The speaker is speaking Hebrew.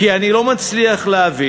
כי אני לא מצליח להבין,